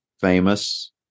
famous